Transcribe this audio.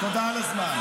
תודה על הזמן.